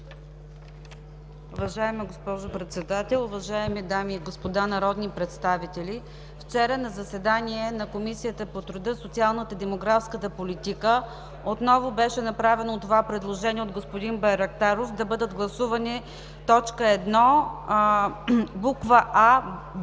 Уважаема госпожо Председател, уважаеми дами и господа народни представители! Вчера на заседанието на Комисията по труда и социалната политика отново беше направено това предложение от господин Байрактаров – да бъдат гласувани т. 1, букви „а”